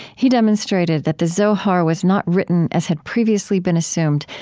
he demonstrated that the zohar was not written, as had previously been assumed,